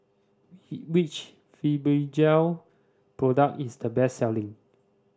which Fibogel product is the best selling